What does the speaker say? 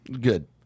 Good